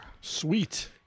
Sweet